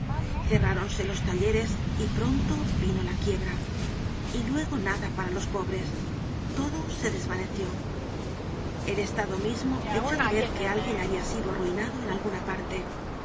salario cerráronse los talleres y pronto vino la quiebra y luego nada para los content from google book search generated at pobres todo se desvaneció el estado mismo echó de ver que alguien habia sido arruinado en alguna parte